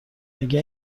مگه